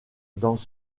dans